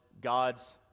God's